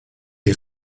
die